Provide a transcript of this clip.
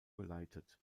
geleitet